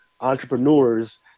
entrepreneurs